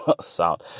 Sound